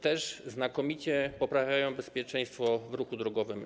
Też znakomicie poprawiają bezpieczeństwo w ruchu drogowym.